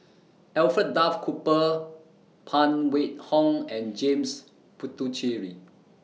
Alfred Duff Cooper Phan Wait Hong and James Puthucheary